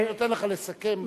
אני נותן לך לסכם.